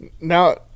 Now